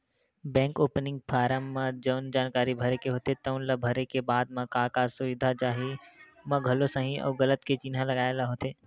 bank opening form म जउन जानकारी भरे के होथे तउन ल भरे के बाद म का का सुबिधा चाही म घलो सहीं अउ गलत के चिन्हा लगाए ल होथे